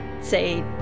say